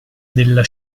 della